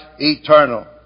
eternal